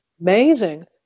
amazing